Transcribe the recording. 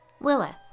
Lilith